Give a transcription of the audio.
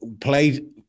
played